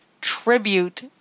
tribute